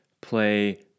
play